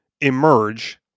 emerge